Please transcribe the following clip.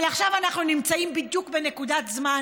אבל עכשיו אנחנו נמצאים בדיוק בנקודת זמן